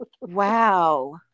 Wow